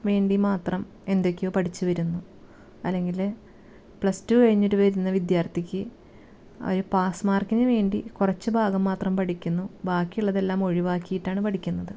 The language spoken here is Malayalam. വേണ്ടി മാത്രം എന്തൊക്കെയോ പഠിച്ച് വരുന്നു അല്ലെങ്കിൽ പ്ലസ് ടു കഴിഞ്ഞിട്ട് വരുന്ന വിദ്യാർത്ഥിക്ക് ഒരു പാസ് മാർക്കിന് വേണ്ടി കുറച്ച് ഭാഗം മാത്രം പഠിക്കുന്നു ബാക്കിയുള്ളതെല്ലാം ഒഴിവാക്കിയിട്ടാണ് പഠിക്കുന്നത്